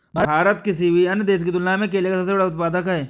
भारत किसी भी अन्य देश की तुलना में केले का सबसे बड़ा उत्पादक है